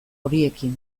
horiekin